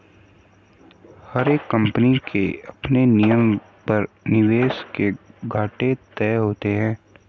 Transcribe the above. हर एक कम्पनी के अपने नियमों पर निवेश के घाटे तय होते हैं